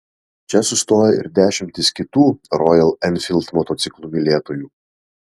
čia sustoja ir dešimtys kitų rojal enfild motociklų mylėtojų